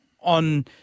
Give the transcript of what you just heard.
on